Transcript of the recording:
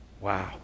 Wow